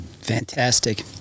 fantastic